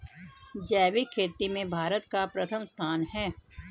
जैविक खेती में भारत का प्रथम स्थान है